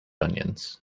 onions